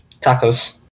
Tacos